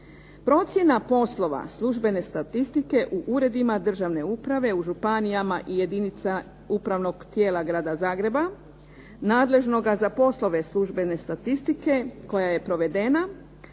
Procjena poslova službene statistike u Uredima državne uprave u županijama i jedinicama upravnog tijela Grada Zagreba nadležnoga za poslove službene statistike koja je provedena